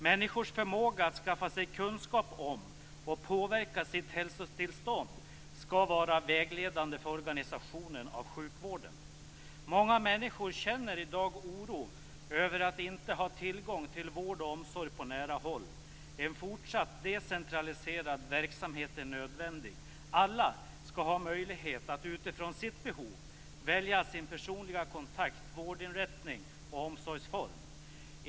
Människors förmåga att skaffa sig kunskap om och påverka sitt hälsotillstånd skall vara vägledande för organisationen av sjukvården. Många människor känner i dag oro över att inte ha tillgång till vård och omsorg på nära håll. En fortsatt decentraliserad verksamhet är nödvändig. Alla skall ha möjlighet att utifrån sitt behov välja sin personliga kontakt, vårdinrättning och omsorgsform.